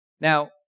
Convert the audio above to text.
Now